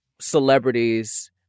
celebrities